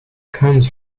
comes